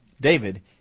David